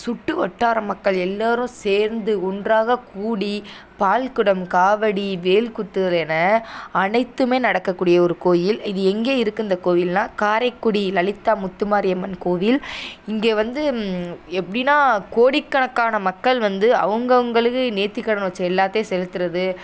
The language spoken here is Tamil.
சுட்டு வட்டார மக்கள் எல்லாரும் சேர்ந்து ஒன்றாக கூடி பால் குடம் காவடி வேல் குத்துதல் என அனைத்துமே நடக்கக்கூடிய ஒரு கோயில் இது எங்கே இருக்குது இந்த கோவில்னால் காரைக்குடி லலிதா முத்துமாரியம்மன் கோவில் இங்கே வந்து எப்படினா கோடிக்கணக்கான மக்கள் வந்து அவங்கவுங்களுக்கு நேர்த்தி கடன் வச்ச எல்லாத்தையும் செலுத்தறது